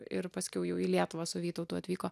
ir paskiau jau į lietuvą su vytautu atvyko